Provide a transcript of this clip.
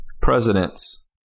presidents